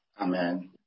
Amen